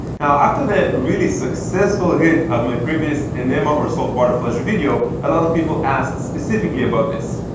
now after the really successful hit of my previous enema or self water flush video, a lot of people asked specifically about this.